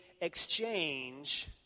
exchange